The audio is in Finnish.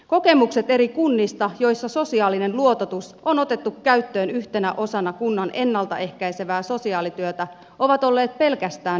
kokemukset eri kunnista joissa sosiaalinen luototus on otettu käyttöön yhtenä osana kunnan ennalta ehkäisevää sosiaalityötä ovat olleet pelkästään myönteisiä